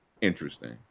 interesting